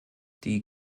die